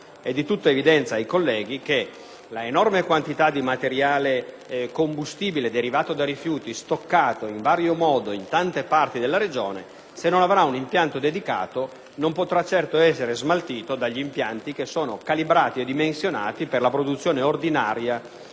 È di tutta evidenza ai colleghi che l'enorme quantità di materiale combustibile derivato dai rifiuti, stoccato in vario modo, in tante parti della Regione, se non avrà un impianto dedicato, non potrà di certo essere smaltita dagli impianti che sono calibrati e dimensionati per la produzione ordinaria